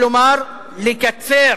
כלומר לקצר